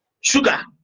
sugar